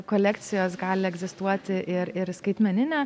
kolekcijos gali egzistuoti ir ir skaitmeninė